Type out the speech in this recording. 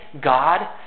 God